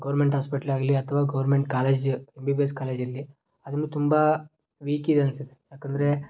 government ಹಾಸ್ಪೆಟ್ಲೇ ಆಗಲಿ ಅಥವಾ government college M B B S ಕಾಲೇಜಾಗಲಿ ಅದು ತುಂಬ ವೀಕಿದೆ ಅನ್ಸುತ್ತೆ ಏಕಂದ್ರೆ